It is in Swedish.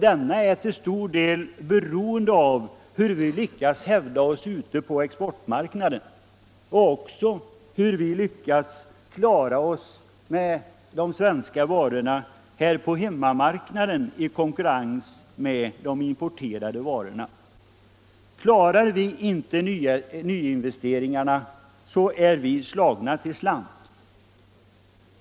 Denna är till stor del beroende av hur vi lyckas hävda oss ute på exportmarknaden och även av hur vi klarar oss med de svenska varorna här på hemmamarknaden i konkurrens med importerade varor. Klarar vi inte investeringarna är vi slagna till slant.